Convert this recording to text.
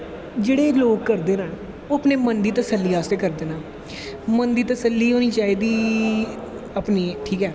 जेह्ड़े लोग करदे नै ओह् अपनें मन दी तसल्ली आस्तै करदे नै मन दी तसल्ली होनी चाही दी अपनी ठीक ऐ